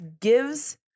gives